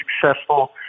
successful